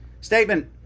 Statement